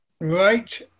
Right